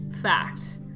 fact